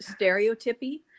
stereotypy